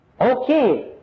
okay